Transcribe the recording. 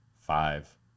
five